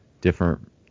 different